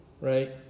Right